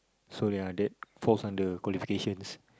so ya that falls under qualifications